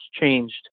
changed